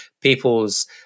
people's